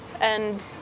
and-